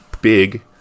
big